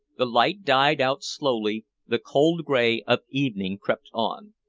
the light died out slowly, the cold gray of evening crept on.